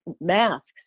masks